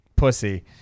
pussy